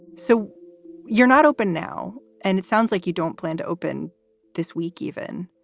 so you're not open now. and it sounds like you don't plan to open this week even.